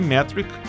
Metric